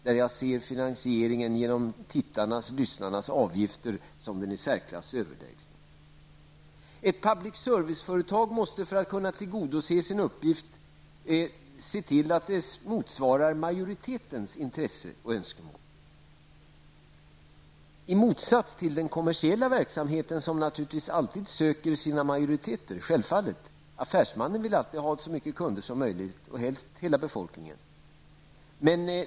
Jag anser att finansiering genom tittarnas och lyssnarnas avgifter är den i särklass mest överlägsna. Ett public service-företag måste för att kunna utföra sin uppgift se till att det motsvarar majoritetens intresse och önskemål i motsats till den kommersiella verksamheten som naturligtvis alltid söker sina majoriteter. Affärsmannen vill alltid ha så mycket kunder som möjligt, och helst hela befolkningen.